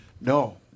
No